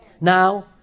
Now